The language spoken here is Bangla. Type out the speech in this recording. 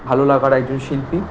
ভালো লাগার একজন শিল্পী